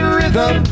Rhythm